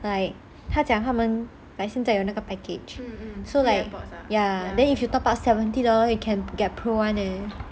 like 他讲他们 like 现在有那个 package so like ya then if you top up seventy dollars you can get pro one leh